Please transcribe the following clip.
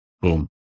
boom